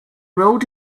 road